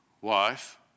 wife